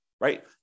Right